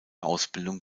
ausbildung